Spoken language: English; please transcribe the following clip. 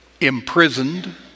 imprisoned